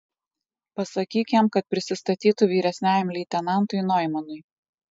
pasakyk jam kad prisistatytų vyresniajam leitenantui noimanui